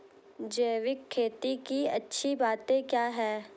जैविक खेती की अच्छी बातें क्या हैं?